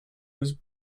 was